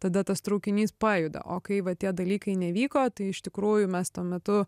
tada tas traukinys pajuda o kai va tie dalykai nevyko tai iš tikrųjų mes tuo metu